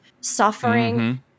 suffering